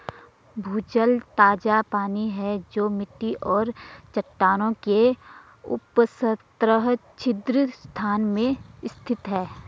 भूजल ताजा पानी है जो मिट्टी और चट्टानों के उपसतह छिद्र स्थान में स्थित है